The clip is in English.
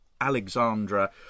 Alexandra